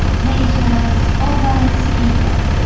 pagers, overhead speakers.